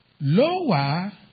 Lower